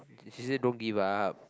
she say don't give up